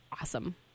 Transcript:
awesome